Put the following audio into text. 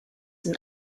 than